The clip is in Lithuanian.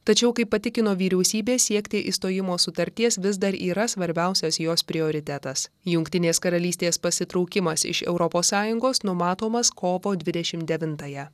tačiau kaip patikino vyriausybė siekti išstojimo sutarties vis dar yra svarbiausias jos prioritetas jungtinės karalystės pasitraukimas iš europos sąjungos numatomas kovo dvidešim devintąją